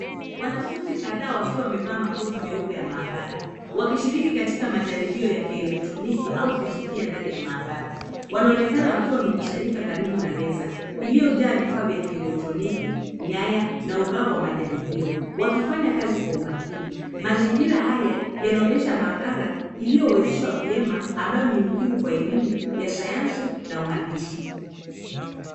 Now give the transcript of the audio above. Wanafunzi kadhaa wakiwa wamevaa makoti meupe meupe ya maabara wakishiriki katika majaribio ya kielektroniki au fizikia ndani ya maabara. Wanaonekena wakiwa wamekusanyika karibu na meza iliyojaa vifaa vya kielektroniki, nyaya na ubao wa majaribio wakifanya kazi kwa umakini. Mazingira haya yanaonyesha maabara iliyowezeshwa vyema ambayo ni muhimu kwa elimu ya sayansi na uandisi.